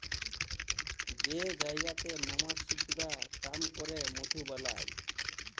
যে জায়গাতে মমাছি গুলা কাম ক্যরে মধু বালাই